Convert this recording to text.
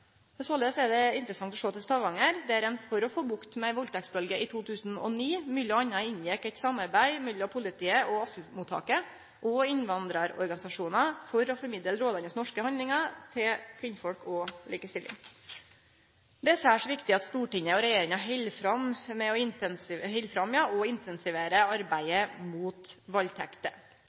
Såleis er det interessant å sjå til Stavanger, der ein for å få bukt med ei valdtektsbølgje i 2009 m.a. inngjekk eit samarbeid med politiet, asylmottaket og innvandrarorganisasjonar for å formidle rådande norske haldningar til kvinner og likestilling. Det er særs viktig at Stortinget og regjeringa held fram og intensiverer arbeidet mot valdtekter. Ei tverrpolitisk einigheit om at problemet er alvorleg, og